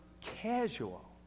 casual